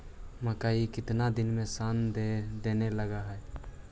मकइ केतना दिन में शन देने लग है?